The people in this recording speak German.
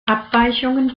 abweichungen